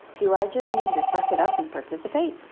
do i just need to suck it up and participate?